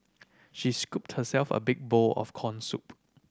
she scooped herself a big bowl of corn soup